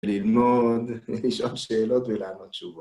ללמוד, לשאול שאלות ולענות תשובות.